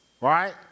right